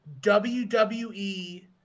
WWE